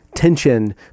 Tension